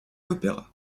l’opéra